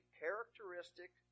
characteristic